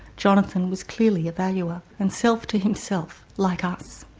jonathan was clearly a valuer, and self to himself like us.